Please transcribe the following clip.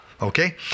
Okay